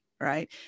right